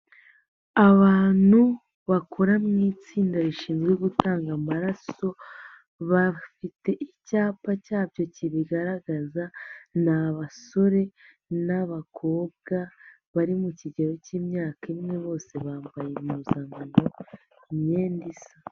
Abantu bakora mu itsinda rishinzwe gutanga amaraso, bafite icyapa cyabyo kibigaragaza, ni abasore n'abakobwa bari mu kigero k'imyaka imwe, bose bambaye impuzankano, imyenda isa.